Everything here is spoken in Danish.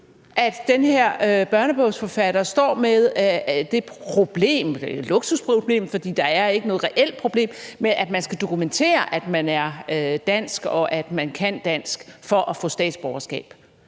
at den her børnebogsforfatter står med det problem – og det er et luksusproblem, for der er ikke noget reelt problem – at man skal dokumentere, at man er dansk, og at man kan dansk, for at få statsborgerskab.